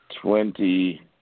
Twenty